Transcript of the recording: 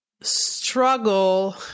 struggle